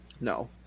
No